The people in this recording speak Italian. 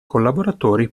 collaboratori